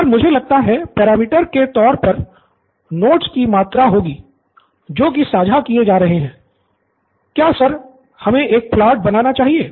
Nithin sir मुझे लगता है पैरामीटर के तौर पर नोट्स की मात्रा होगी जो कि साझा किए जा रहे हैं क्या सर हमें एक प्लॉट बनाना चाहिए